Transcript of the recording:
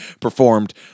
performed